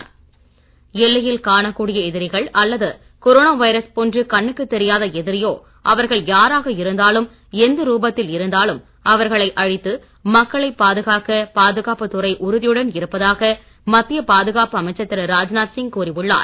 ராஜ்நாத் சிங் எல்லையில் காணக் கூடிய எதிரிகள் அல்லது கொரோனா வைரஸ் போன்று கண்ணுக்கு தெரியாத எதிரியோ அவர்கள் யாராக இருந்தாலும் எந்த ரூபத்தில் இருந்தாலும் அவர்களை அழித்து மக்களை பாதுகாக்க பாதுகாப்பத் துறை உறுதியுடன் இருப்பதாக மத்திய பாதுகாப்பு அமைச்சர் திரு ராஜ்நாத் சிங் கூறி உள்ளார்